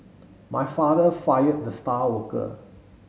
my father fired the star worker